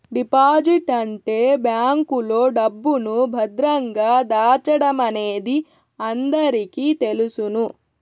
deposit అంటే బ్యాంకులో డబ్బును భద్రంగా దాచడమనేది అందరికీ తెలుసును